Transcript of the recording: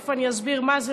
תכף אני אסביר מה זה,